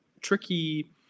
tricky